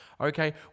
okay